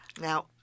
Now